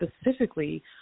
specifically